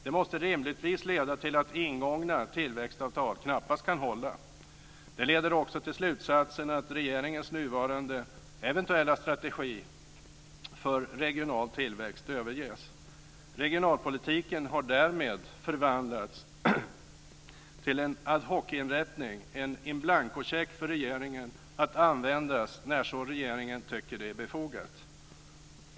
Det måste rimligtvis leda till att ingångna tillväxtavtal knappast kan hålla. Det leder också till slutsatsen att regeringens nuvarande eventuella strategi för regional tillväxt överges. Regionalpolitiken har därmed förvandlats till en ad hoc-inrättning, en in blanko-check för regeringen att användas när regeringen tycker att det är befogat.